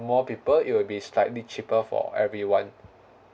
more people it will be slightly cheaper for everyone